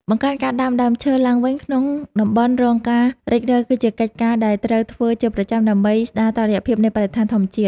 បង្កើនការដាំដើមឈើឡើងវិញក្នុងតំបន់រងការរេចរឹលគឺជាកិច្ចការដែលត្រូវធ្វើជាប្រចាំដើម្បីស្ដារតុល្យភាពនៃបរិស្ថានធម្មជាតិ។